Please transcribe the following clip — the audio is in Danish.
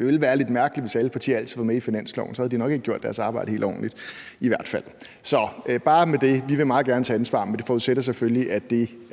Det ville være lidt mærkeligt, hvis alle partier altid var med i finansloven. Så havde de nok ikke gjort deres arbejde helt ordentligt i hvert fald. Så med det vil jeg bare sige, at vi meget gerne vil tage ansvar, men det forudsætter selvfølgelig, at